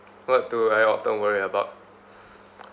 what do I often worry about